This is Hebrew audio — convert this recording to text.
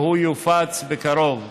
והוא יופץ בקרוב.